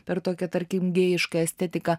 per tokią tarkim gėjiška estetika